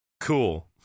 Cool